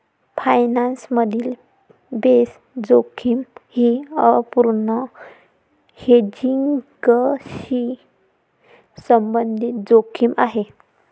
finance मधील base जोखीम ही अपूर्ण हेजिंगशी संबंधित जोखीम आहे